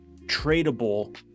tradable